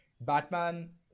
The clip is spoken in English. Batman